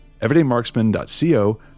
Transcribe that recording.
everydaymarksman.co